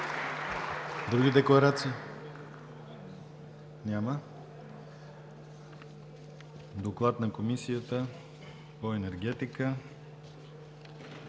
Други декларации? Няма. Доклад на Комисията по енергетика